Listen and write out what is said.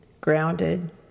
grounded